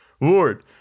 Lord